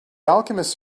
alchemist